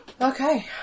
Okay